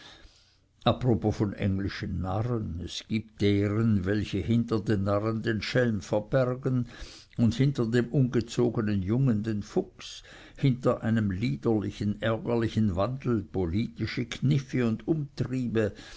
apropos von englischen narren es gibt deren welche hinter dem narren den schelm verbergen hinter dem ungezogenen jungen den fuchs hinter einem liederlichen ärgerlichen wandel politische kniffe und umtriebe